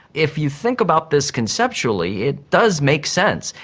if you think about this conceptually it does make sense.